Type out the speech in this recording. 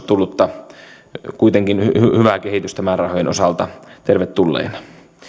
tullutta kuitenkin hyvää kehitystä määrärahojen osalta tervetulleena